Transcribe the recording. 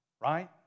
Right